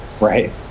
Right